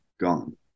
Gone